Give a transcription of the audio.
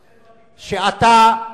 לא.